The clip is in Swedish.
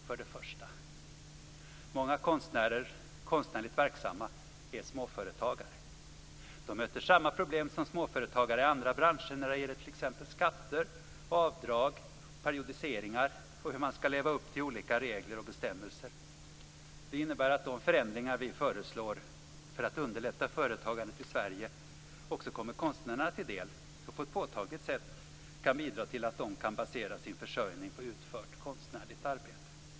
För det första: Många konstnärligt verksamma är småföretagare. De möter samma problem som småföretagare i andra branscher när det gäller t.ex. skatter, avdrag och periodiseringar samt hur man skall leva upp till olika regler och bestämmelser. Det innebär att de förändringar som vi föreslår för att underlätta företagandet i Sverige också kommer konstnärerna till del och på ett påtagligt sätt kan bidra till att de kan basera sin försörjning på utfört konstnärligt arbete.